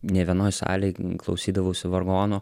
ne vienoj salėje klausydavausi vargonų